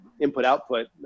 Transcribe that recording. input-output